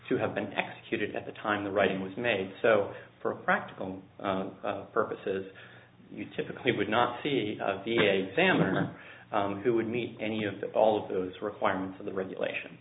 to have been executed at the time the writing was made so for practical purposes you typically would not see them or who would meet any of the all of those requirements of the regulation